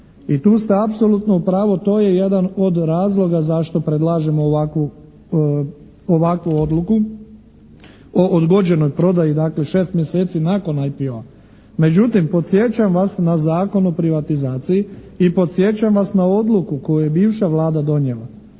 I tu ste apsolutno u pravu, to je jedan od razloga zašto predlažemo ovakvu odluku o odgođenoj prodaji, dakle, 6 mjeseci nakon IPO-a. Međutim, podsjećam vas na Zakon o privatizaciji i podsjećam vas na odluku koju je bivša Vlada donijela,